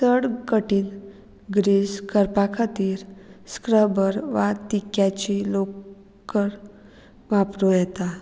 चड कठीण ग्रीस करपा खातीर स्क्रबर वा तिक्याची लोकड वापरूं येता